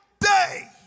day